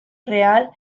real